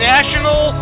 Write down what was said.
National